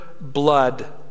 blood